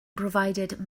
provided